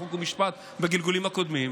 חוק ומשפט בגלגולים הקודמים,